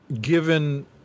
given